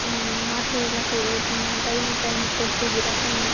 ಮಾತ್ರೆಯೆಲ್ಲ ಟೈಮಿಗೆ ಟೈಮಿಗೆ ಕೊಡ್ತಿದ್ದೀರ ತಾನೇ